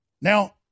Now